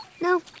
No